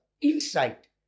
insight